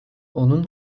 onun